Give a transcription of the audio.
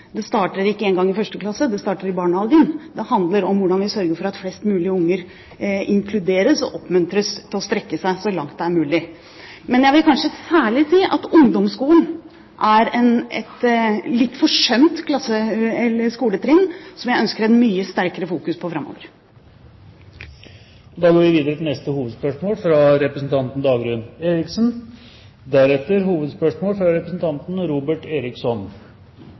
Det starter ikke engang i 1. klasse. Det starter i barnehagen. Det handler om hvordan vi sørger for at flest mulig barn inkluderes og oppmuntres til å strekke seg så langt som mulig. Men jeg vil kanskje særlig si at ungdomsskolen er et litt forsømt skoletrinn som jeg ønsker å fokusere mye sterkere på framover. Da går vi videre til neste hovedspørsmål. Jeg har et spørsmål til kunnskapsministeren. Da pressemeldingen fra